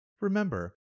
Remember